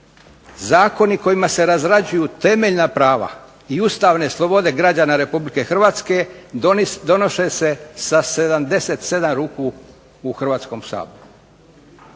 zakoni kojima se razrađuju temeljna prava i ustavne slobode građana Republike Hrvatske donose se sa 77 ruku u Hrvatskom saboru.